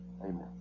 Amen